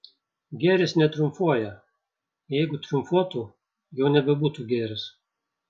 gėris netriumfuoja jeigu triumfuotų jau nebebūtų gėris